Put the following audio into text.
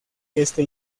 este